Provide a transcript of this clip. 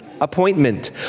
appointment